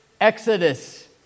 Exodus